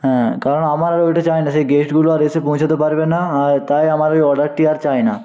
হ্যাঁ কারণ আমার আর ওইটা চাই না সেই গেস্টগুলো আর এসে পৌঁছতে পারবে না তাই আমার ওই অর্ডারটি আর চাই না